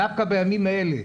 דווקא בימים האלה.